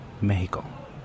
Mexico